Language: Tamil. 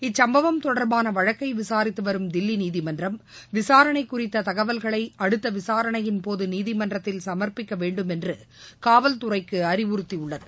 இச்சம்பவம் தொடர்பான வழக்கை விசாரித்து வரும் தில்லி நீதிமன்றம் விசாரணை குறித்த தகவல்களை அடுத்த விசாரணையின்போது நீதிமன்றத்தில் சமர்பிக்க வேண்டும் என்று காவல்துறைக்கு நீதிமன்றம் அறிவுறுத்தியுள்ளது